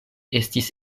estis